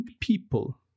people